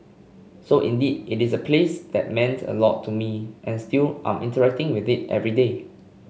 so indeed it is a place that meant a lot to me and still I'm interacting with it every day